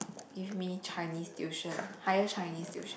give me Chinese tuition higher Chinese tuition